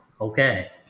Okay